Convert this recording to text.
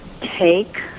take